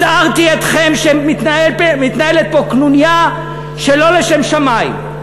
הזהרתי אתכם שמתנהלת פה קנוניה שלא לשם שמים,